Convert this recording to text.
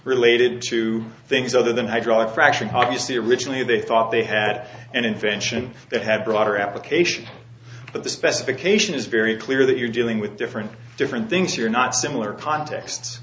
related to things other than hydraulic fracturing obviously originally they thought they had an invention that have broader application but the specification is very clear that you're dealing with different different things here not similar context